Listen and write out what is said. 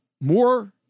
more